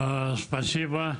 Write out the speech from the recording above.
תודה.